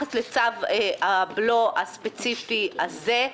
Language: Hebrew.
ביחס לצו הבלו הספציפי הזה,